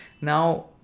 Now